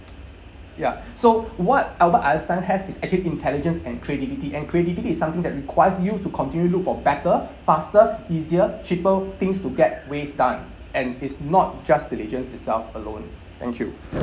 ya so what albert einstein has is actually intelligence and creativity and creativity is something that requires you to continue look for better faster easier cheaper things to get ways done and it's not just diligence itself alone thank you